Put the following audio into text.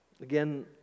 Again